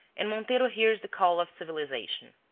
and montero hears the call of civilization.